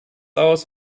aus